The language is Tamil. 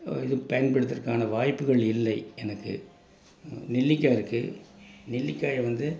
இது பயன்படுத்துவதுக்கான வாய்ப்புகள் இல்லை எனக்கு நெல்லிக்காய் இருக்குது நெல்லிக்காயை வந்து